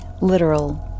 literal